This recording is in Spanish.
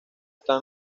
está